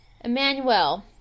Emmanuel